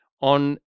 on